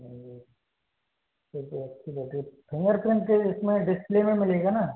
चलिए फिर तो अच्छी बैटरी फिंगरप्रिंट इसमें डिस्प्ले में मिलेगा ना